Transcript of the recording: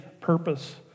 purpose